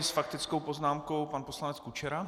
Nyní s faktickou poznámkou pan poslanec Kučera.